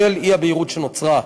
בשל האי-בהירות שנוצרה,